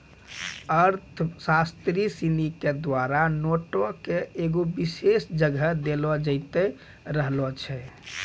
अर्थशास्त्री सिनी के द्वारा नोटो के एगो विशेष जगह देलो जैते रहलो छै